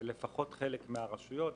לפחות חלק מהרשויות.